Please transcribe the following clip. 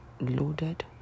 loaded